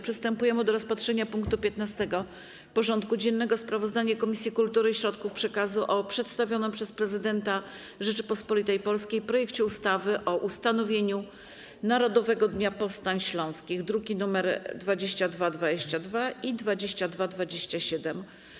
Przystępujemy do rozpatrzenia punktu 15. porządku dziennego: Sprawozdanie Komisji Kultury i Środków Przekazu o przedstawionym przez Prezydenta Rzeczypospolitej Polskiej projekcie ustawy o ustanowieniu Narodowego Dnia Powstań Śląskich (druki nr 2222 i 2227)